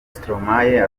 stromae